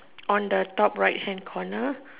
on the top right hand corner